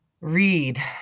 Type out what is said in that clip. read